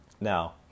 Now